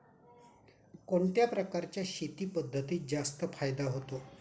कोणत्या प्रकारच्या शेती पद्धतीत जास्त फायदा होतो?